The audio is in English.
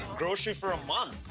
grocery for a month!